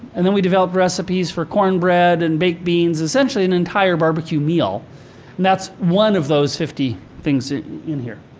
and then, we developed recipes for cornbread and baked beans. essentially, an entire barbecue meal. and that's one of those fifty things in here.